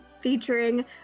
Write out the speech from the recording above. featuring